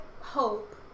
hope